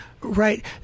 right